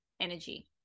energy